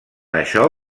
això